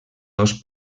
dos